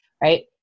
right